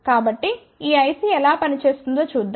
కాబట్టి ఈ IC ఎలా పనిచేస్తుందో చూద్దాం